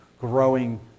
growing